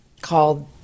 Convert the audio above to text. Called